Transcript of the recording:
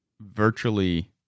virtually